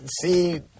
see